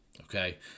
Okay